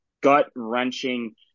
gut-wrenching –